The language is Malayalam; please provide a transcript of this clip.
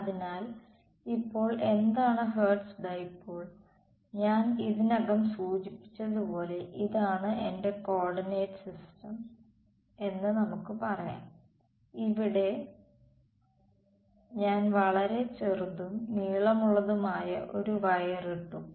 അതിനാൽ ഇപ്പോൾ എന്താണ് ഹെർട്സ് ഡൈപോൾ ഞാൻ ഇതിനകം സൂചിപ്പിച്ചതുപോലെ ഇതാണ് എന്റെ കോർഡിനേറ്റ് സിസ്റ്റം എന്ന് നമുക്ക് പറയാം ഞാൻ ഇവിടെ വളരെ ചെറുതും നീളമുള്ളതുമായ ഒരു വയർ ഇട്ടു